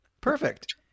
perfect